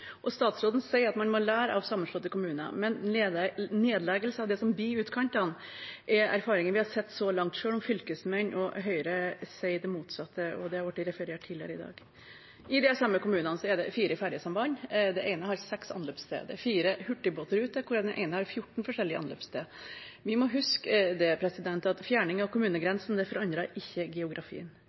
og statsråden sier at man må lære av sammenslåtte kommuner. Men nedleggelse av det som blir utkantene, er erfaringer vi har sett så langt, selv om fylkesmenn og Høyre sier det motsatte. Dette har det blitt referert til tidligere i dag. I de samme kommunene er det fire fergesamband, det ene har seks anløpssteder, det er fire hurtigbåter, hvorav den ene har 14 forskjellige anløpssteder. Vi må huske at fjerning av kommunegrensen